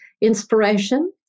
inspiration